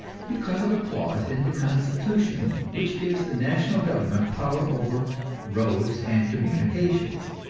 because of a clause in the constitution which gives the national government power over roads and communications.